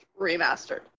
remastered